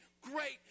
great